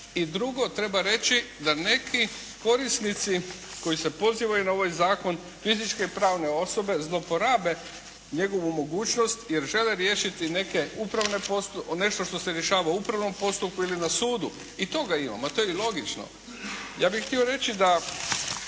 i drugo, treba reći da neki korisnici koji se pozivaju na ovaj zakon, fizičke i pravne osobe zlouporabe njegovu mogućnost jer žele riješiti neke upravne, nešto što se rješava upravnim postupkom ili na sudu. I toga ima, a to je i logično. Ja bih htio reći da